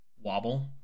wobble